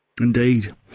Indeed